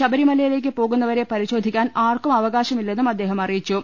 ശബരിമലയിലേക്ക് പോകു ന്നവരെ പരിശോധിക്കാൻ ആർക്കും അവകാശമില്ലെന്നും അദ്ദേഹം അറിയിച്ചു